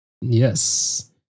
Yes